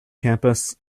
campus